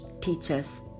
teaches